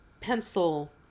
pencil